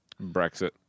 Brexit